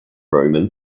roman